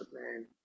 man